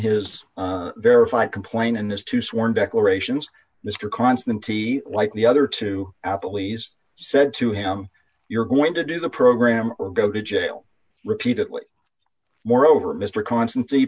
his verified complain in this two sworn declarations mr constantine like the other to applebee's said to him you're going to do the program or go to jail repeatedly moreover mr constancy